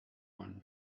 one